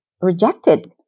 rejected